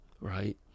right